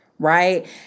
Right